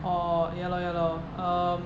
or ya lor ya lor um